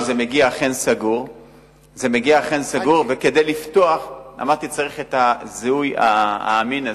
זה אכן מגיע סגור וכדי לפתוח צריך זיהוי אמין,